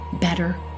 better